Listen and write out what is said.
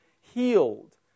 healed